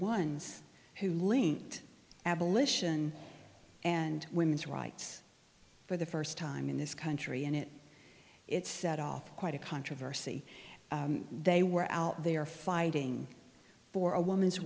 ones who linked abolition and women's rights for the first time in this country and it it set off quite a controversy they were out there fighting for a woman's